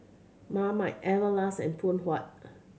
Marmite Everlast and Phoon Huat